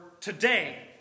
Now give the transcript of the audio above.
today